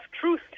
truth